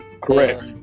correct